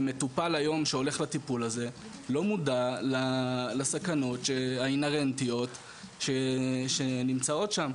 ומטופל שהולך היום לטיפול הזה לא מודע לסכנות האינהרנטיות שנמצאות שם.